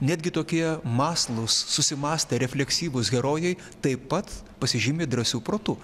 netgi tokie mąslūs susimąstę refleksyvūs herojai taip pat pasižymi drąsiu protu